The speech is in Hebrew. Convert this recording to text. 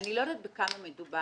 אני לא יודעת בכמה מדובר,